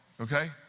okay